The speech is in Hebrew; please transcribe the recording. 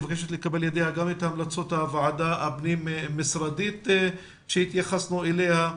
מבקשת לקבל לידיה גם את המלצות הוועדה הפנים משרדית שהתייחסנו אליה.